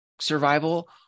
survival